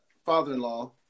father-in-law